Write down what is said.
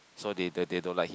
so they the they don't like him